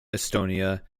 estonia